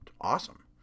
awesome